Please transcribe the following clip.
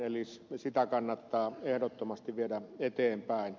eli sitä kannattaa ehdottomasti viedä eteenpäin